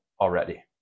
already